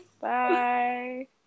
Bye